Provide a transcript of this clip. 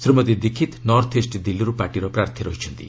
Shrimati Dikshit north east ଦିଲ୍ଲୀରୁ ପାର୍ଟିର ପ୍ରାର୍ଥୀ ରହିଛନ୍ତି